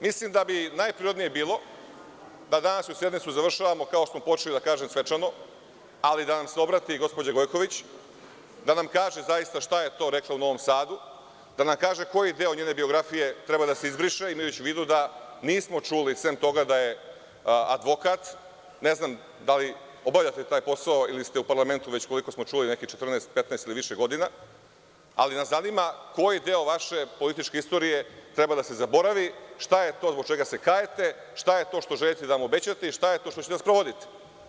Mislim da bi najprirodnije bilo da današnju sednicu završavamo kao što smo počeli, da kažem svečano, ali da nam se obrati i gospođa Gojković, da nam kaže šta je to rekla u Novom Sadu, da nam kaže koji deo njene biografije treba da se izbriše, imajući u vidu da nismo čuli, sem toga da je advokat, ne znam da li obavljate taj posao ili ste u parlamentu, koliko smo čuli, nekih 14, 15 ili više godina, ali nas zanima – koji deo vaše političke istorije treba da se zaboravi, šta je to zbog čega se kajete, šta je to što želite da nam obećate i šta je to što ćete da sprovodite?